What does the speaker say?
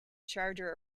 charter